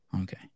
Okay